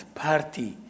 party